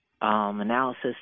analysis